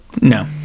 no